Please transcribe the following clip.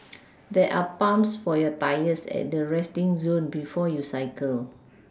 there are pumps for your tyres at the resting zone before you cycle